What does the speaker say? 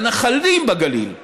לנחלים בגליל.